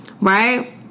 right